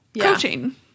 coaching